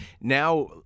Now